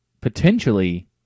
potentially